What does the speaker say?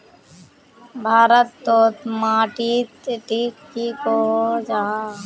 भारत तोत माटित टिक की कोहो जाहा?